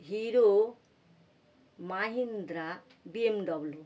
hero Mahindra BMW